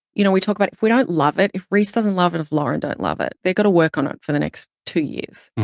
you know, we talk about if we don't love it, if reese doesn't love it, if lauren doesn't love it, they've got to work on it for the next two years.